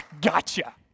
gotcha